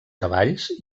cavalls